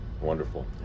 Wonderful